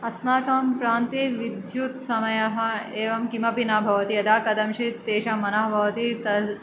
अस्माकं प्रान्त्ये विद्युत्समयः एवं किमपि न भवति यदाकदञ्चित् तेषां मनः भवति तद्